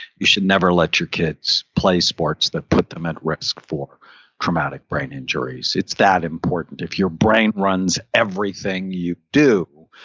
you should never let your kids play sports that put them at risk for traumatic brain injuries. it's that important. if your brain runs, everything you do,